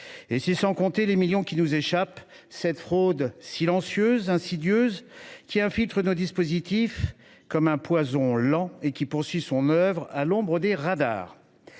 d’activité. Sans compter les millions d’euros qui nous échappent… Cette fraude silencieuse et insidieuse, qui infiltre nos dispositifs comme un poison lent, poursuit son œuvre à l’ombre des radars.